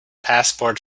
passport